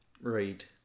Right